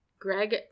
Greg